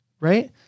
right